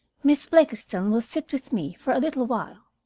miss blakiston will sit with me for a little while.